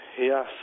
Yes